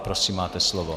Prosím, máte slovo.